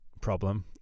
problem